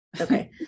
Okay